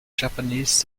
japanese